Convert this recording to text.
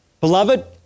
Beloved